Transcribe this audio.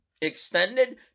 extended